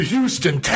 Houston